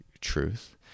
truth